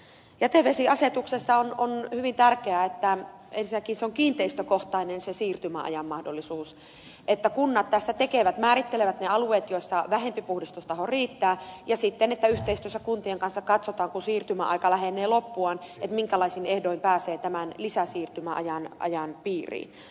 jätevesiasetuksessa on hyvin tärkeää ensinnäkin siirtymäajan mahdollisuus on kiinteistökohtainen että kunnat tässä määrittelevät ne alueet joilla vähempi puhdistusteho riittää ja sitten että yhteistyössä kuntien kanssa katsotaan kun siirtymäaika lähenee loppuaan minkälaisin ehdoin pääsee lisäsiirtymäajan piiriin